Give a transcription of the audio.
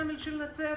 של נצרת,